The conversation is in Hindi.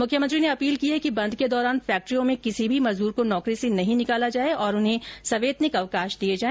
मुख्यमंत्री ने अपील की है कि बंद के दौरान फैक्ट्रियों में किसी भी मजदूर को नौकरी से नहीं निकाला जाए तथा उन्हें सवैतनिक अवकाश दिया जाए